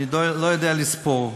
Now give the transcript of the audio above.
אני לא יודע לספור.